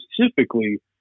specifically